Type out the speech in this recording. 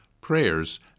prayers